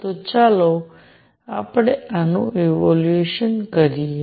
તો ચાલો આપણે આનું ઇવેલ્યુએટ કરીએ